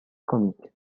comique